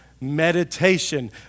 meditation